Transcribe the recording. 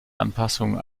anpassungen